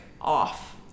off